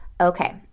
Okay